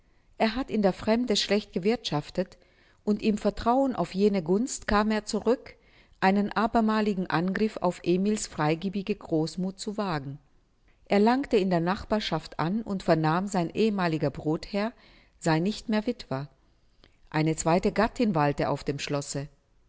er hat in der fremde schlecht gewirthschaftet und im vertrauen auf jene gunst kam er zurück einen abermaligen angriff auf emil's freigebige großmuth zu wagen er langte in der nachbarschaft an und vernahm sein ehemaliger brodherr sei nicht mehr witwer eine zweite gattin walte auf dem schlosse